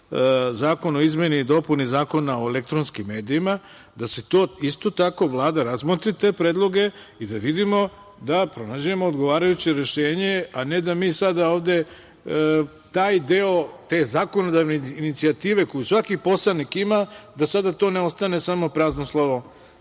zakon o izmeni i dopuni Zakona o elektronskim medijima da isto tako Vlada razmotri te predloge i da vidimo, da pronađemo odgovarajuće rešenje, a ne da mi sada ovde taj deo, te zakonodavne inicijative koju svaki poslanik ima da sada to ne ostane samo prazno slovo